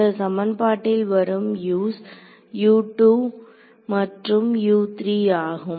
இந்த சமன்பாட்டில் வரும் U's மற்றும் ஆகும்